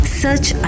search